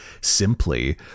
simply